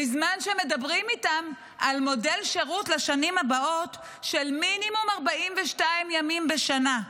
בזמן שמדברים איתם על מודל שירות לשנים הבאות של מינימום 42 ימים בשנה?